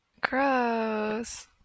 Gross